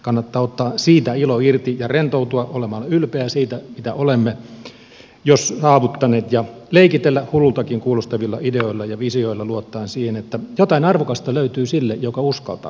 kannattaa ottaa siitä ilo irti ja rentoutua olemalla ylpeä siitä mitä olemme jo saavuttaneet ja leikitellä hulluiltakin kuulostavilla ideoilla ja visioilla luottaen siihen että jotain arvokasta löytyy sille joka uskaltaa